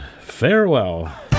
farewell